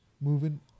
Moving